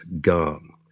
gone